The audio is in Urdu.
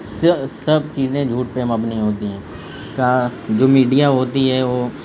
سب چیزیں جھوٹ پہ مبنی ہوتی ہیں کا جو میڈیا ہوتی ہے وہ